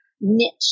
niche